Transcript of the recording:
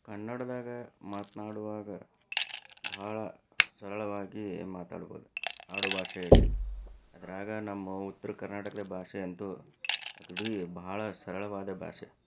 ಕನ್ನಡದಾಗ ಮಾತನಾಡುವಾಗ ಬಹಳ ಸರಳವಾಗಿ ಮಾತಾಡ್ಬೌದು ಆಡುಭಾಷೆಯಲ್ಲಿ ಅದ್ರಾಗ ನಮ್ಮ ಉತ್ತರಕರ್ನಾಟಕದ ಭಾಷೆ ಅಂತೂ ಅಗದಿ ಬಹಳ ಸರಳವಾದ ಭಾಷೆ